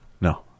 No